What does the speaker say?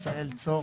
עשהאל צור,